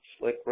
Slick